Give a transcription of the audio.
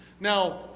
Now